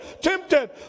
tempted